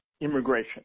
immigration